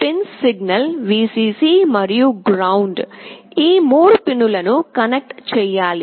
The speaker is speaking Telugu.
ఈ పిన్స్ సిగ్నల్ Vcc మరియు GND ఈ 3 పిన్లను కనెక్ట్ చేయాలి